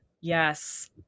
Yes